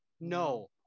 No